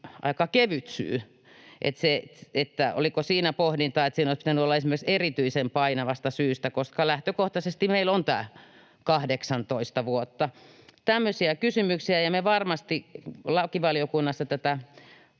aika kevyt syy. Oliko pohdintaa, että siinä olisi pitänyt olla esimerkiksi ”erityisen painavasta syystä”, koska lähtökohtaisesti meillä on tämä 18 vuotta? Tämmöisiä kysymyksiä, ja me varmasti lakivaliokunnassa tätä